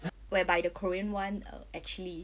whereby the korean [one] uh actually